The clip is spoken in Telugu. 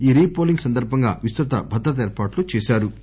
ఈ రీ పోలింగ్ సందర్బంగా విస్తృత భద్రతా ఏర్పాట్లు చేశారు